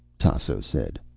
tasso said.